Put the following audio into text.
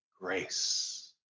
grace